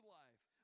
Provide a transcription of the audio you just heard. life